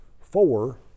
Four